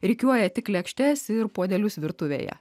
rikiuoja tik lėkštes ir puodelius virtuvėje